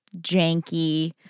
janky